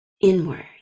inward